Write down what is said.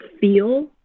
feel